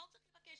מה הוא צריך לבקש.